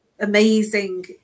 amazing